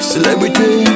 Celebrity